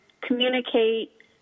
communicate